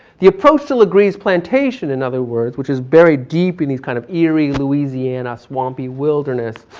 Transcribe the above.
the approach to legree's plantation in other words, which is very deep in these kind of eerie, louisiana, swampy wilderness,